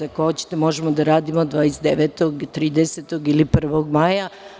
Ako hoćete, možemo da radimo 29, 30. ili 1. maja?